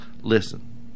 Listen